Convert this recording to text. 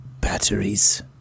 batteries